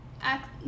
act